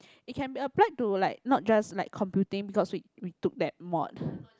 it can be applied to like not just like computing because we we took that mod